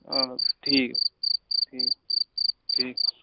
ਚੱਲ ਠੀਕ ਠੀਕ ਠੀਕ